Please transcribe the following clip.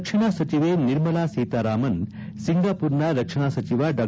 ರಕ್ಷಣಾ ಸಚಿವೆ ನಿರ್ಮಲಾ ಸೀತಾರಾಮನ್ ಸಿಂಗಪೂರ್ನ ರಕ್ಷಣಾ ಸಚಿವ ಡಾ